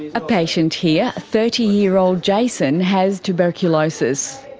a patient here, thirty year old jason, has tuberculosis.